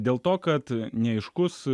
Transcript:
dėl to kad neaiškus